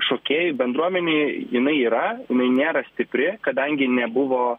šokėjų bendruomenė jinai yra nėra stipri kadangi nebuvo